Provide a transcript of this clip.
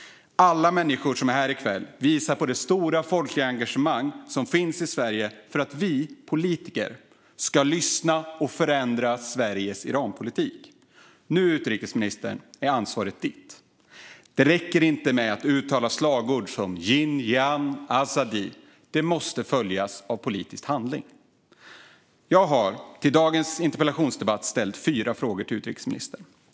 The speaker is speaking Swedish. Alla människor som är här i kväll visar på det stora folkliga engagemang som finns i Sverige för att vi politiker ska lyssna och förändra Sveriges Iranpolitik. Nu, utrikesministern, är ansvaret ditt. Det räcker inte med att uttala slagord som "jin, jiyan, azadi!" - det måste följas av politisk handling. Jag har inför dagens interpellationsdebatt ställt fyra frågor till utrikesministern.